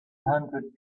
hundred